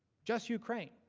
just ukraine.